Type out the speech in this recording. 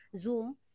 Zoom